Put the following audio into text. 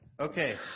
Okay